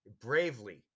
Bravely